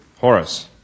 Horace